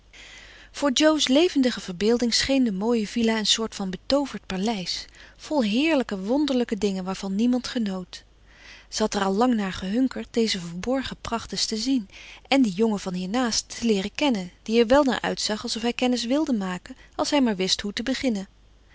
voor jo's levendige verbeelding scheen de mooie villa een soort van betooverd paleis vol heerlijke wonderlijke dingen waarvan niemand genoot ze had er al lang naar gehunkerd deze verborgen pracht eens te zien en die jongen van hiernaast te leeren kennen die er wel naar uitzag alsof hij kennis wilde maken als hij maar wist hoe te beginnen